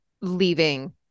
leaving